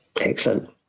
Excellent